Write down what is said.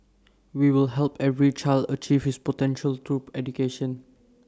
we will help every child achieve his potential through education